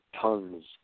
tons